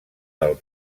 del